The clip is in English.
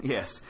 Yes